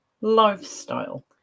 lifestyle